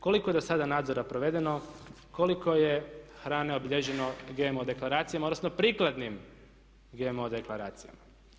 Koliko je do sada nadzora provedeno, koliko je hrane obilježeno GMO deklaracijama, odnosno prikladnim GMO deklaracijama.